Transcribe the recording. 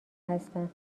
هستم